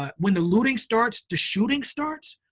um when the looting starts, the shooting starts,